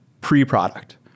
pre-product